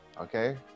okay